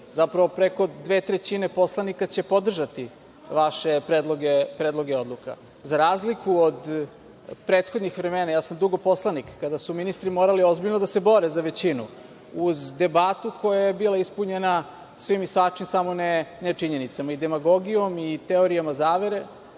Zapravo, preko dve trećine poslanika će podržati vaše predloge odluka, za razliku od prethodnih vremena, ja sam dugo poslanik, kada su ministri morali ozbiljno da se bore za većinu, uz debatu koja je bila ispunjena svim i svačim, samo ne činjenicama, i demagogijom i teorijama zavere,